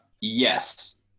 yes